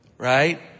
Right